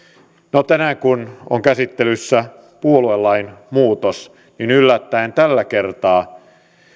no tänään kun on käsittelyssä puoluelain muutos yllättäen tällä kertaa